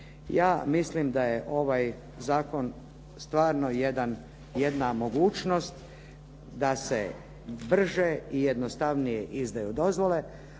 ja mislim da je ovaj zakon stvarno jedna mogućnost da se brže i jednostavnije izdaju dozvole,